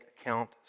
account